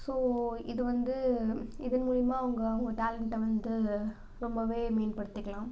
so இது வந்து இதன் மூலியமாக அவங்க அவங்க டேலண்ட்டை வந்து ரொம்ப மேம்படுத்திக்கலாம்